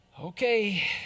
Okay